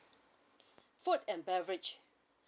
food and beverage